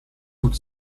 would